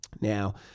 Now